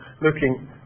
looking